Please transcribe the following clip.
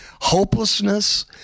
hopelessness